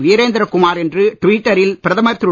வீரேந்திர குமார் என்று ட்விட்டரில் பிரதமர் திரு